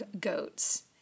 goats